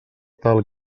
tal